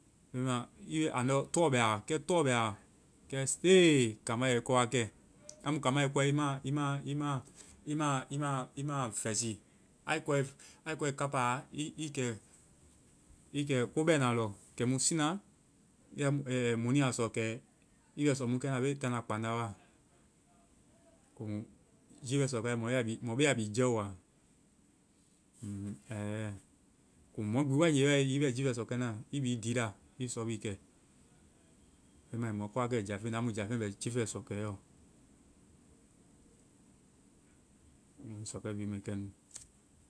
Bɛma andɔ tɔ bɛ aɔ. Kɛ tɔ bɛ aɔ, kɛ still kambá yɛ i kɔ wa kɛ. Amu kambá, a i kɔe, i ma, i ma, i ma, i ma vɛsii. A i kɔe-a i kɔe kapaa, i kɛ-i kɛ ko bɛna lɔ. Kɛmu siina ya-ɛ mɔnu yasɔ kɛ i bɛ sɔ mu kɛ na, a be kɛ na kpánda wa. Komu jiifɛ sɔkɛ, mɔ be a bi jɛwo a. Ŋ ɛe. Komu mɔ gbi wae nge i bɛ jiifɛ sɔkɛ na, i bi i di la i sɔ bi kɛ. Bɛma ai mɔ kɔwa kɛ jáafeŋ la. Amu jáafeŋ bɛ jiifɛ sɔkɛɔ. Sɔkɛ bi mɛ kɛ nu.